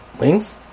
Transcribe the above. wings